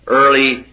early